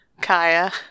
Kaya